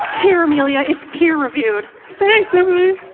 here, amelia, it's peer-reviewed. thanks, emily!